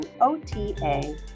OTA